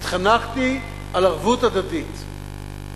התחנכתי על ערבות הדדית,